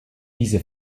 diese